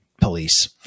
police